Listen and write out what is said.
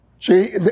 See